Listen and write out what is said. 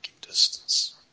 distance